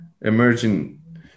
Emerging